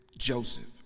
Joseph